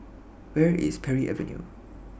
Where IS Parry Avenue